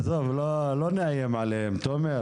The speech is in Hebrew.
עזוב, לא נאיים עליהם, תומר.